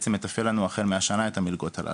שבעצם מתפעל לנו החל מהשנה את המלגות הללו.